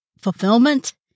fulfillment